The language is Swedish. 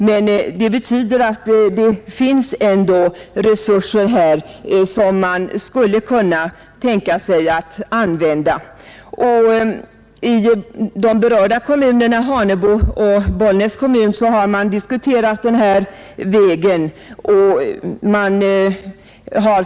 Men det betyder att det finns medel tillgängliga som skulle kunna användas. I de berörda kommunerna, Hanebo och Bollnäs, har denna väg diskuterats.